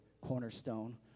Cornerstone